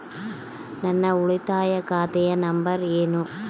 ನನ್ನ ಉಳಿತಾಯ ಖಾತೆ ನಂಬರ್ ಏನು?